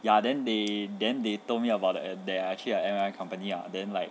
ya then they then they told me about the um they are actually a M_L_M company ya then like